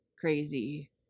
crazy